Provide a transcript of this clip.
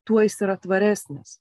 tuo jis yra tvaresnis